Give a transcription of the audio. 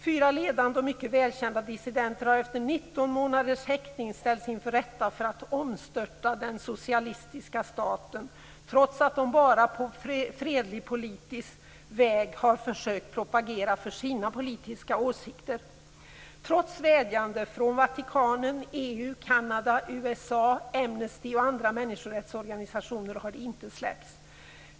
Fyra ledande och mycket välkända dissidenter har efter 19 månaders häktning ställts inför rätta för att ha försökt omstörta den socialistiska staten, trots att de bara på fredlig politisk väg har försökt propagera för sina politiska åsikter. Trots vädjanden från Vatikanen, EU, Kanada och USA, Amnesty och andra människorättsorganisationer har de inte släppts.